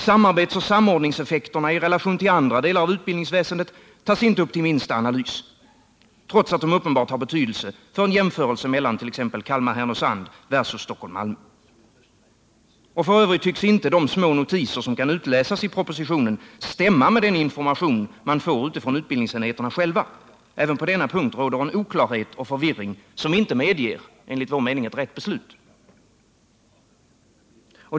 Samarbetsoch samordningseffekterna i relation till andra delar av utbildningsväsendet tas inte upp till minsta analys — trots att de uppenbart har betydelse för en jämförelse mellan t.ex. Kalmar och Härnösand versus Stockholm och Malmö. F. ö. tycks inte de små notiser som kan utläsas i propositionen stämma med den information man får från utbildningsenheterna själva. Även på denna punkt råder en oklarhet och en förvirring som enligt vår mening inte medger ett riktigt beslut.